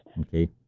Okay